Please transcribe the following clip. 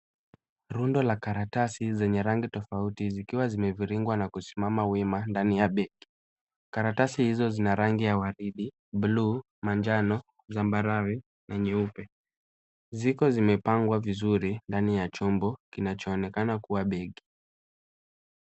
Rundo la karatasi zenye rangi tofauti zikiwa zimeviringwa na kusimama wima ndani ya begi , karatasi hizo zina rangi ya waridi ,bluu ,manjano ,zambarau na nyeupe ,ziko zimepangwa vizuri ndani ya chombo kinachoonekana kuwa begi .